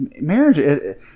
Marriage